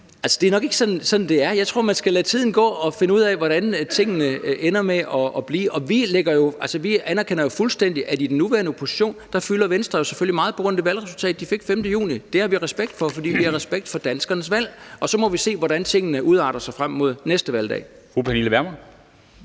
Det er nok ikke sådan, det er. Jeg tror, man skal lade tiden gå og finde ud af, hvordan tingene ender med at blive, og vi anerkender fuldstændig, at i den nuværende opposition fylder Venstre selvfølgelig meget på grund af det valgresultat, de fik den 5. juni. Det har vi respekt for, for vi har respekt for danskernes valg, og så må vi se, hvordan tingene udarter sig frem mod næste valgdag.